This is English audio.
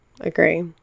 Agree